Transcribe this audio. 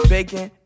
Bacon